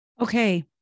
Okay